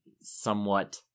somewhat